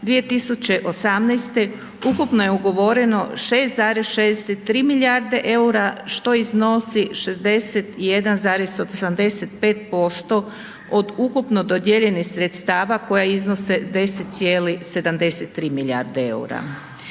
2018. ukupno je ugovoreno 6,63 milijarde EUR-a, što iznosi 61,85% od ukupno dodijeljenih sredstava koja iznose 10,73 milijarde EUR-a.